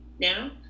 Now